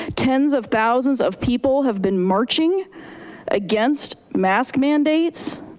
tens of thousands of people have been marching against mask mandates,